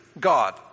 God